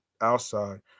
outside